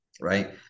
right